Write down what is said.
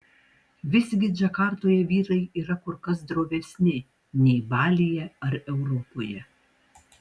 visgi džakartoje vyrai yra kur kas drovesni nei balyje ar europoje